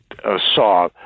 saw